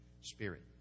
spirit